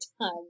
time